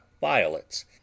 violets